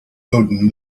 odin